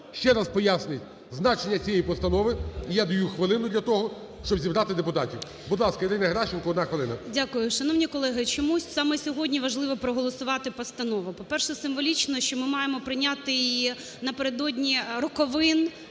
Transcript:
ще раз пояснить значення цієї постанови. І я даю хвилину для того, щоб зібрати депутатів. Будь ласка, Ірина Геращенко, одна хвилина. 17:35:55 ГЕРАЩЕНКО І.В. Дякую. Шановні колеги, чомусь саме сьогодні важливо проголосувати постанову. По-перше, символічно, що ми маємо прийняти її напередодні роковин,